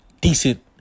decent